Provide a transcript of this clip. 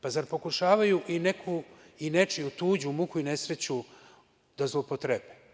Pa, zar pokušavaju i nečiju tuđu muku i nesreću da zloupotrebe?